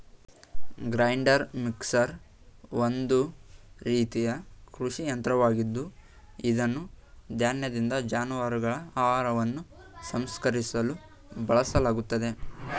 grinder mixer ಒಂದು ರೀತಿಯ ಕೃಷಿ ಯಂತ್ರವಾಗಿದ್ದು ಇದನ್ನು ಧಾನ್ಯದಿಂದ ಜಾನುವಾರುಗಳ ಆಹಾರವನ್ನು ಸಂಸ್ಕರಿಸಲು ಬಳಸಲಾಗ್ತದೆ